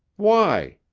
why?